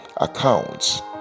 accounts